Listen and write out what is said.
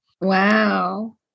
Wow